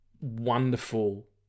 wonderful